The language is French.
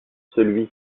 celui